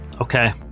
Okay